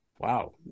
Wow